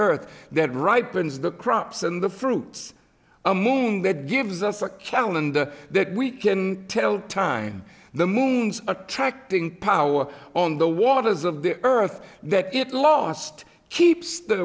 earth that ripens the crops and the fruits a moon that gives us a calendar that we can tell time the moon's attracting power on the waters of the earth that it lost keeps the